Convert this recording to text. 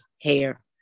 hair